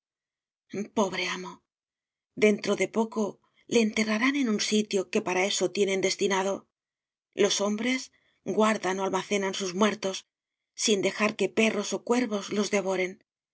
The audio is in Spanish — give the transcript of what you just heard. pobre amo dentro de poco le enterrarán en un sitio que para eso tienen destinado los hombres guardan o almacenan sus muertos sin dejar que perros o cuervos los devoren